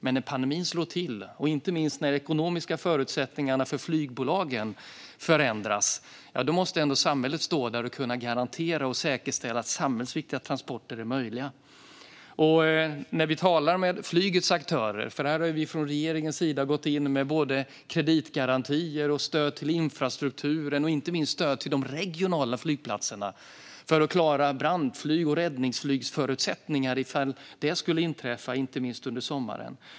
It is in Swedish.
Men när pandemin slår till, och inte minst när de ekonomiska förutsättningarna för flygbolagen förändras, då måste ändå samhället garantera och säkerställa att samhällsviktiga transporter är möjliga. För flygets aktörer har regeringen gått in med kreditgarantier, stöd till infrastrukturen och inte minst stöd till de regionala flygplatserna för att klara brandflyg och räddningsflygsförutsättningar - inte minst under sommaren.